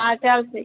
હા ચાલશે